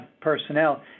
personnel